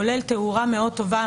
כולל תאורה מאוד טובה.